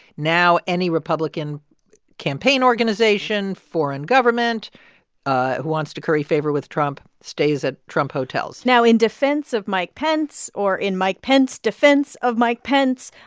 now, any republican campaign organization, foreign government who wants to curry favor with trump stays at trump hotels now, in defense of mike pence or in mike pence defense of mike pence,